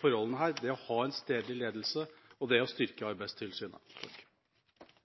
forholdene her: det å ha en stedlig ledelse og det å styrke Arbeidstilsynet.